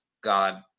God